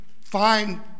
find